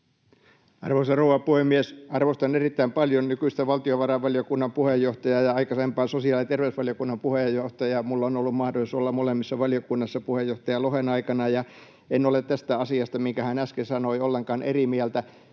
Arvoisa rouva puhemies! Arvostan erittäin paljon nykyistä valtiovarainvaliokunnan puheenjohtajaa ja aikaisempaa sosiaali- ja terveysvaliokunnan puheenjohtajaa. Minulla on ollut mahdollisuus olla molemmissa valiokunnissa puheenjohtaja Lohen aikana, ja en ole tästä asiasta, minkä hän äsken sanoi, ollenkaan eri mieltä.